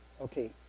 okay